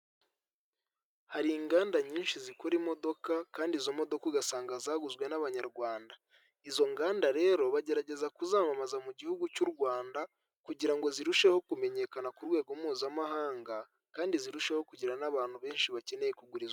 Hari inganda nyinshi zikora imodoka, kandi izo modoka ugasanga zaguzwe n'abanyarwanda izo nganda rero bagerageza kuzamamaza mu gihugu cy'u Rwanda kugira ngo zirusheho kumenyekana ku rwego mpuzamahanga kandi zirusheho kugirana n'abantu benshi bakeneye kugurizwa.